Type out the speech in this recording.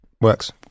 works